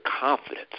confidence